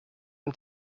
und